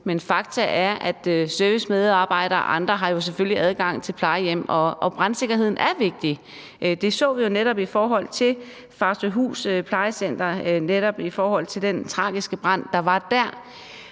Men fakta er, at servicemedarbejdere og andre jo selvfølgelig har adgang til plejehjem. Brandsikkerheden er vigtig. Det så vi jo netop i forhold til Plejecenter Farsøhthus, altså den tragiske brand, der var der.